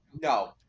No